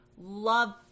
Love